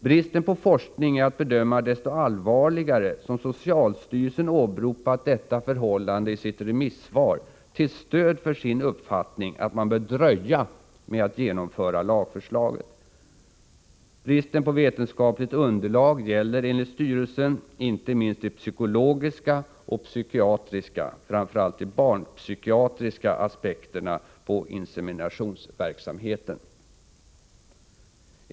Bristen på forskning är att bedöma desto allvarligare som socialstyrelsen åberopat detta förhållande i sitt remissvar till stöd för sin uppfattning att man bör dröja med att genomföra lagförslaget. Bristen på vetenskapligt underlag gäller enligt styrelsen inte minst de psykologiska och psykiatriska, framför allt de barnpsykiatriska, aspekterna på inseminationsverksamheten.